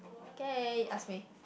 K ask me